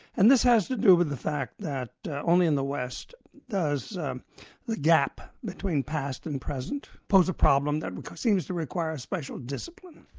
and this has to do with the fact that only in the west does um the gap between past and present pose a problem that seems to require a special discipline.